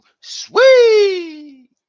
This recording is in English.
Sweet